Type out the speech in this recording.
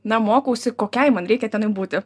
na mokausi kokiai man reikia tenai būti